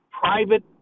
Private